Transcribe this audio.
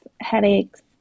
headaches